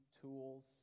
tools